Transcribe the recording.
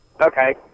Okay